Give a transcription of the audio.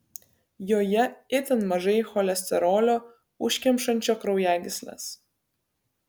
joje itin mažai cholesterolio užkemšančio kraujagysles